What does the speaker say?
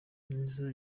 nizo